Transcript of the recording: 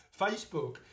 Facebook